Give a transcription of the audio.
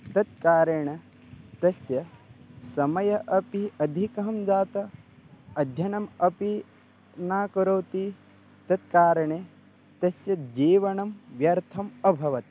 तत् कारणेन तस्य समयः अपि अधिकं जातम् अध्ययनम् अपि न करोति तत्कारणेन तस्य जीवनं व्यर्थम् अभवत्